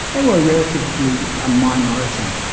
they were relatively a minority.